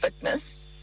fitness